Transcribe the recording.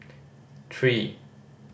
three